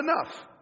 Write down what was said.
enough